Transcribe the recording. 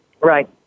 Right